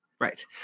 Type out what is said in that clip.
right